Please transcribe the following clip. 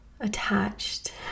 attached